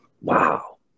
wow